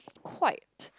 quite